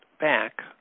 back